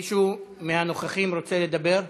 מישהו מהנוכחים רוצה לדבר?